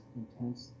intense